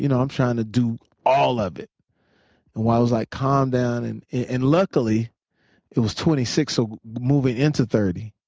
you know i'm trying to do all of it. i was like calm down. and and luckily it was twenty six so moving into thirty,